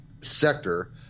sector